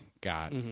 Got